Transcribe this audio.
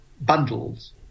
bundles